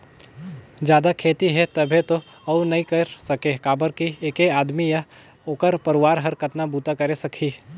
जादा खेती हे तभे तो अउ नइ कर सके काबर कि ऐके आदमी य ओखर परवार हर कतना बूता करे सकही